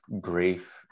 grief